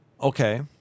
Okay